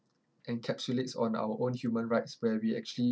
encapsulates on our own human rights where we actually